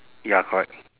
ya correct